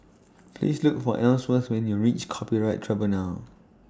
Please Look For Ellsworth when YOU REACH Copyright Tribunal